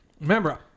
Remember